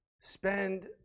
Spend